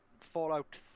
Fallout